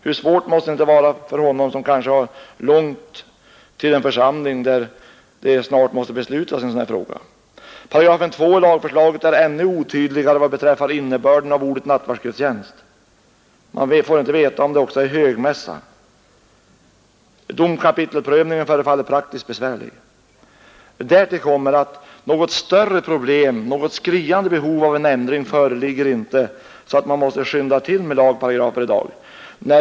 Hur svårt måste det inte vara för honom, som kanske har långt till en församling där det snart måste beslutas i en sådan här fråga? 2 8 i lagförslaget är ännu otydligare vad beträffar innebörden av ordet nattvardsgudstjänst. Man får inte veta om det också är högmässa. Domkapitelsprövningen förefaller praktiskt besvärlig. Därtill kommer att något skriande behov av en ändring inte föreligger, så att man måste skynda till med lagparagrafer i dag.